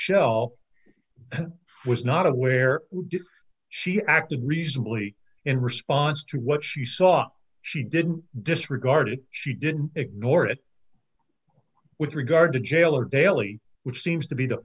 e was not aware she acted reasonably in response to what she saw she didn't disregard it she didn't ignore it with regard to jail or daily which seems to be the